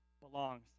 belongs